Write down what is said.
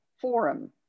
Forum